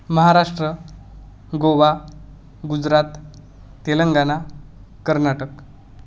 Maharashtra Goa Gujarat Telangana Karnataka